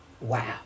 Wow